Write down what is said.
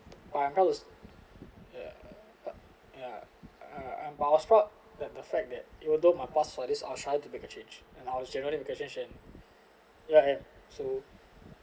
but I felt was ya but ya I I but of course the fact that even though my past was this I was trying to make a change and I was generally making a change and ya and